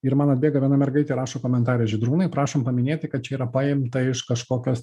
ir man atbėga viena mergaitė ir rašo komentare žydrūnai prašom paminėti kad čia yra paimta iš kažkokios